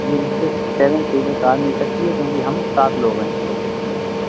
جی بالکل seven seater car مل سکتی ہے کیونکہ ہم سات لوگ ہیں